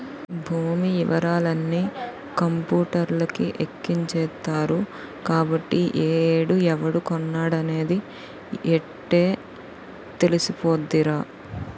భూమి యివరాలన్నీ కంపూటర్లకి ఎక్కించేత్తరు కాబట్టి ఏ ఏడు ఎవడు కొన్నాడనేది యిట్టే తెలిసిపోద్దిరా